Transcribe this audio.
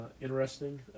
interesting